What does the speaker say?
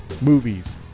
movies